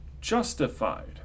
justified